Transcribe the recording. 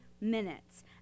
minutes